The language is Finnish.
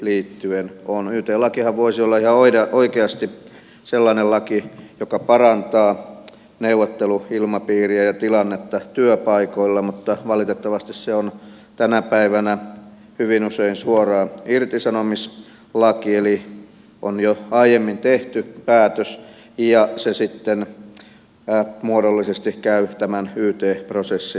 yt lakihan voisi olla ihan oikeasti sellainen laki joka parantaa neuvotteluilmapiiriä ja tilannetta työpaikoilla mutta valitettavasti se on tänä päivänä hyvin usein suoraan irtisanomislaki eli on jo aiemmin tehty päätös ja sitten muodollisesti käydään tämä yt prosessi läpi